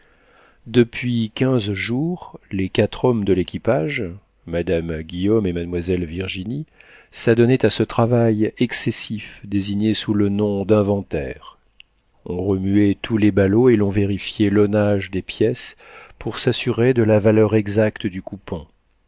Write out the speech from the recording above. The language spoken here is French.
depuis quinze jours les quatre hommes de l'équipage madame guillaume et mademoiselle virginie s'adonnaient à ce travail excessif désigné sous le nom d'inventaire on remuait tous les ballots et l'on vérifiait l'aunage des pièces pour s'assurer de la valeur exacte du coupon